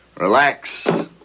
Relax